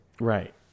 Right